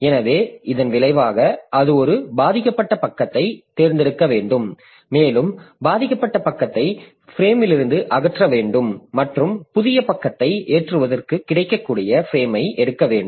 எனவே இதன் விளைவாக அது ஒரு பாதிக்கப்பட்ட பக்கத்தைத் தேர்ந்தெடுக்க வேண்டும் மேலும் பாதிக்கப்பட்ட பக்கத்தை பிரேம்லிருந்து அகற்ற வேண்டும் மற்றும் புதிய பக்கத்தை ஏற்றுவதற்கு கிடைக்கக்கூடிய பிரேம்ஐ எடுக்க வேண்டும்